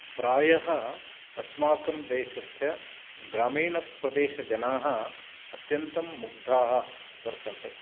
प्रायः अस्माकं देशस्य ग्रामीणप्रदेशजनाः अत्यन्तं मुग्धाः वर्तन्ते